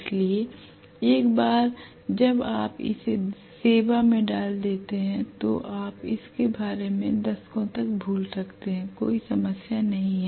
इसलिए एक बार जब आप इसे सेवा में डाल देते हैं तो आप इसके बारे में दशकों तक भूल सकते हैं कोई समस्या नहीं है